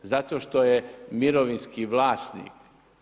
Zato što je mirovinski vlasnik.